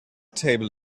table